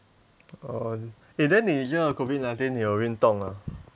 oh eh then 你 COVID nineteen 你有运动吗